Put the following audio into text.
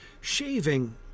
shaving